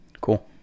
Cool